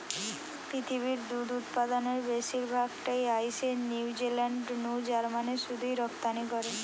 পৃথিবীর দুধ উতপাদনের বেশির ভাগ টা আইসে নিউজিলান্ড নু জার্মানে শুধুই রপ্তানি করে